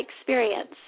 experience